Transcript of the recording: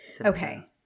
Okay